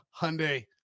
Hyundai